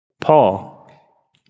Paul